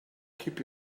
keep